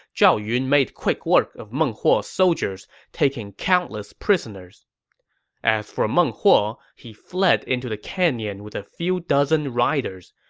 zhao yun made quick work of meng huo's soldiers, taking countless prisoners as for meng huo, he fled into the canyon with a few dozen riders.